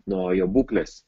nuo jo būklės